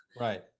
Right